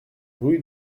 rue